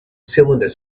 cylinder